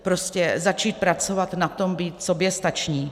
Prostě začít pracovat na tom být soběstačný.